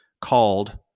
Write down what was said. called